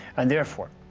and therefore,